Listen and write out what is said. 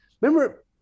Remember